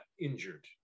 injured